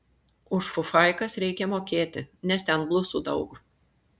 už fufaikas reikia mokėti nes ten blusų daug